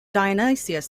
dionysius